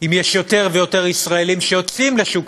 אם יש יותר ויותר ישראלים שיוצאים לשוק